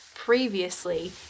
previously